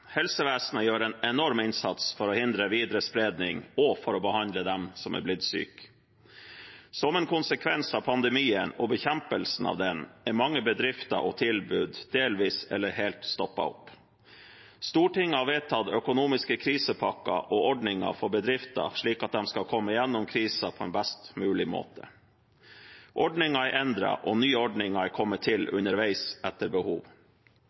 Helsevesenet gjør en enorm innsats for å hindre videre spredning og for å behandle dem som er blitt syke. Som en konsekvens av pandemien og bekjempelsen av den har mange bedrifter og tilbud delvis eller helt stoppet opp. Stortinget har vedtatt økonomiske krisepakker og ordninger for bedrifter, slik at de skal komme gjennom krisen på en best mulig måte. Ordningene er endret, og nye ordninger er kommet til underveis, etter behov.